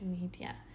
media